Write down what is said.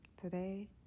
Today